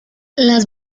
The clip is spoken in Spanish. las